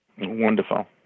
Wonderful